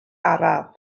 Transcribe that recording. araf